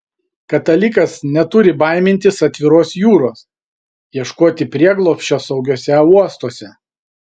katalikas neturi baimintis atviros jūros ieškoti prieglobsčio saugiuose uostuose